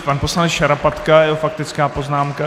Pan poslanec Šarapatka a jeho faktická poznámka.